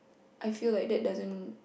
I feel like that doesn't